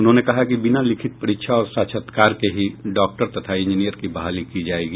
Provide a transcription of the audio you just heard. उन्होंने कहा कि बिना लिखित परीक्षा और साक्षात्कार के ही डॉक्टर तथा इंजीनियर की बहाली की जायेगी